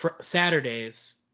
saturdays